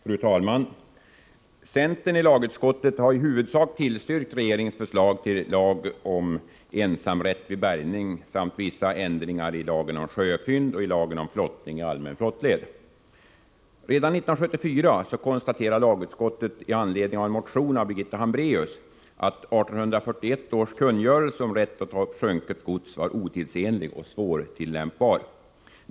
Fru talman! Centern i lagutskottet har i huvudsak tillstyrkt regeringens förslag till lag om ensamrätt vid bärgning samt till vissa ändringar i lagen om sjöfynd och i lagen om flottning i allmän flottled. Redan 1974 konstaterade lagutskottet i anledning av en motion av Birgitta Hambraeus att 1841 års kungörelse om rätt att ta upp sjunket gods var otidsenlig och svårtillämpbar.